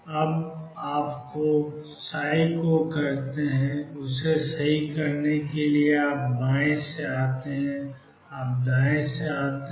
अब आप जो को करते हैं उसे सही करने के लिए आप बाएं से आते हैं आप दाएं से आते हैं